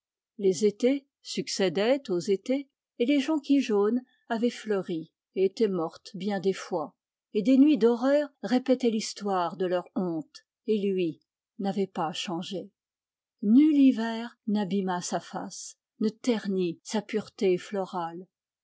les étés succédaient aux étés et les jonquilles jaunes avaient fleuri et étaient mortes bien des fois et des nuits d'horreur répétaient l'histoire de leur honte et lui n'avait pas changé nul hiver n'abîma sa face ne ternit sa pureté florale